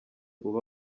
uba